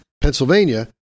Pennsylvania